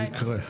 יקרה.